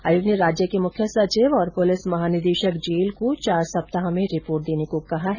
आयोग ने राज्य के मुख्य सचिव और पुलिस महानिदेशक जेल को चार सप्ताह में रिपोर्ट देने को कहा है